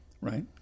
Right